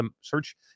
search